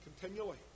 continually